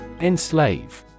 Enslave